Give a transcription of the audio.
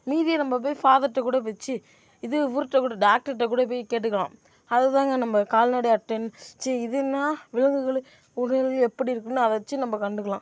மீதியை நம்ம போய் ஃபாதர்கிட்ட கூட போயி சி இது இவருகிட்ட கூட டாக்டர்கிட்ட கூட போய் கேட்டுக்கலாம் அது தாங்க நம்ம கால்நடை யார்ட்டின் சி இதுன்னால் விலங்குகளும் உடல் எப்படி இருக்குதுன்னு அதை வச்சு நம்ம கண்டுக்கலாம்